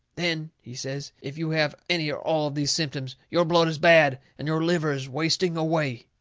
then, he says, if you have any or all of these symptoms, your blood is bad, and your liver is wasting away.